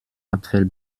apfel